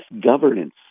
governance